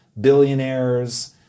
billionaires